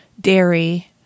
dairy